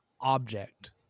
object